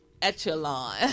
echelon